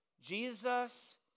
Jesus